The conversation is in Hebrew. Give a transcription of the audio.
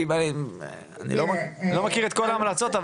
אני לא מכיר את כל ההמלצות,